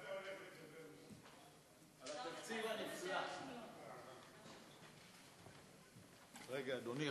רגע, אדוני,